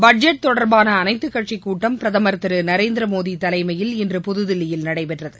budget தொடர்பான அனைத்துக் கட்சிக் கூட்டம் பிரதம் திரு நரேந்திரமோடி தலைமையில் இன்று புதுதில்லியில் நடைபெற்றது